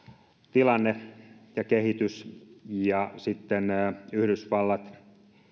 tilanne ja kehitys sitten yhdysvallat